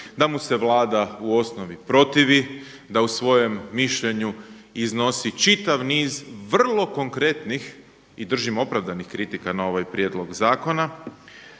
da mu se Vlada u osnovi protivi, da u svojem mišljenju iznosi čitav niz vrlo konkretnih i držim opravdanih kritika na ovaj prijedlog zakona,